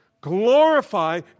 Glorify